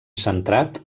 centrat